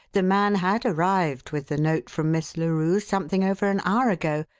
the man had arrived with the note from miss larue something over an hour ago,